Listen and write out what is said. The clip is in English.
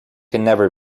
never